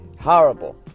horrible